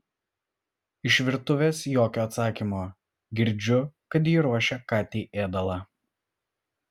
iš virtuvės jokio atsakymo girdžiu kad ji ruošia katei ėdalą